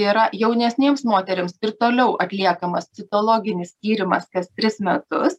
yra jaunesnėms moterims ir toliau atliekamas citologinis tyrimas kas tris metus